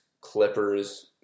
Clippers